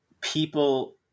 people